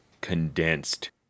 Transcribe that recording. condensed